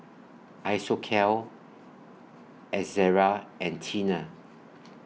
Isocal Ezerra and Tena